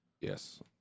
Yes